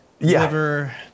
liver